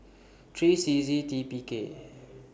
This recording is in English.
three C Z T P K